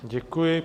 Děkuji.